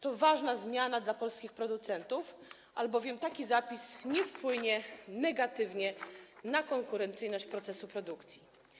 To ważna zmiana dla polskich producentów, albowiem taki zapis nie wpłynie negatywnie na konkurencyjność procesu produkcji.